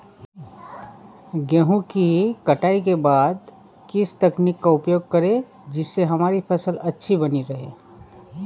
गेहूँ की कटाई के बाद किस तकनीक का उपयोग करें जिससे हमारी फसल अच्छी बनी रहे?